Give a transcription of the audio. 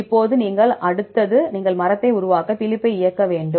இப்போது அடுத்தது நீங்கள் மரங்களை உருவாக்க பிலிப்பை இயக்க வேண்டும்